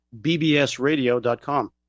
bbsradio.com